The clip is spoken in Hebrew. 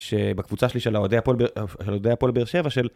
שבקבוצה שלי של ההודי הפועל באר שבע של...